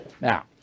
Now